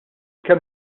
kemm